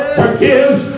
forgives